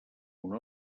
una